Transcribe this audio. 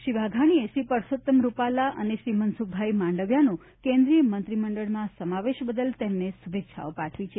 શ્રી વાઘાણીએ શ્રી પરસોત્તમ રૂપાલા અને શ્રી મનસુખભાઈ માંડવીયાનો કેન્દ્રીય મંત્રીમંડળમાં સમાવેશ બદલ તેમને શુભેચ્છાઓ પાઠવી છે